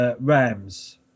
Rams